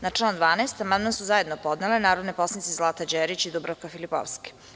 Na član 12. amandman su zajedno podnele narodne poslanice Zlata Đerić i Dubravka Filipovski.